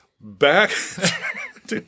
Back